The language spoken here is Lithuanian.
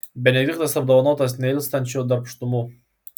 benediktas apdovanotas neilstančiu darbštumu